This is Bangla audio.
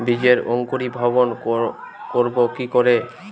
বীজের অঙ্কুরিভবন করব কি করে?